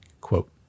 Quote